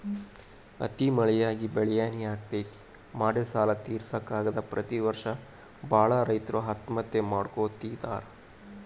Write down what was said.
ಅತಿ ಮಳಿಯಾಗಿ ಬೆಳಿಹಾನಿ ಆಗ್ತೇತಿ, ಮಾಡಿದ ಸಾಲಾ ತಿರ್ಸಾಕ ಆಗದ ಪ್ರತಿ ವರ್ಷ ಬಾಳ ರೈತರು ಆತ್ಮಹತ್ಯೆ ಮಾಡ್ಕೋತಿದಾರ